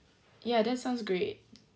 ya that sounds great